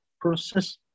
process